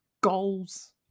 goals